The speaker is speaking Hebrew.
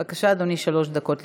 בבקשה, אדוני, שלוש דקות לרשותך.